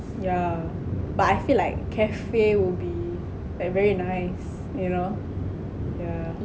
yeah but I feel like cafe will be like very nice you know yeah